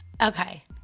Okay